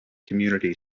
community